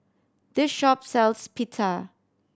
this shop sells Pita